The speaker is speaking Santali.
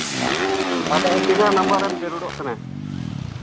ᱟᱫᱚ ᱛᱤᱱᱟᱹᱜ ᱱᱟᱢᱵᱟᱨᱮᱢ ᱡᱟᱹᱨᱩᱲᱚᱜ ᱠᱟᱱᱟ